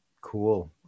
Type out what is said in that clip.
cool